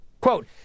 Quote